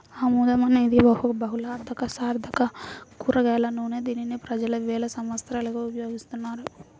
ఆముదం అనేది ఒక బహుళార్ధసాధక కూరగాయల నూనె, దీనిని ప్రజలు వేల సంవత్సరాలుగా ఉపయోగిస్తున్నారు